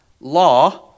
law